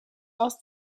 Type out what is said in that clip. aus